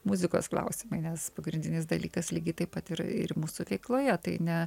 muzikos klausimai nes pagrindinis dalykas lygiai taip pat ir ir mūsų veikloje tai ne